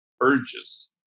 urges